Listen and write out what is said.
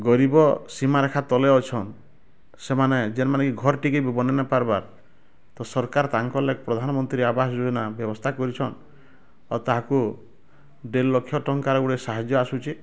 ଗରିବ୍ ସୀମା ରେଖା ତଲେ ଅଛନ୍ ସେମାନେ ଯେନ୍ କି ଘର ଟିକେ ବି ବନେଇ ନେଇ ପାର୍ବା ତ ସରକାର ତାଙ୍କ ଲାଗି ପ୍ରଧାନ ମନ୍ତ୍ରୀ ଆବାସ ଯୋଜନା ବ୍ୟବସ୍ତା କରିଛନ୍ ଆଉ ତାହାକୁ ଦେଢ଼ ଲକ୍ଷ ଟଙ୍କାର ଗୁଟେ ସାହାଯ୍ୟ ଆସୁଛି